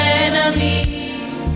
enemies